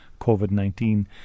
COVID-19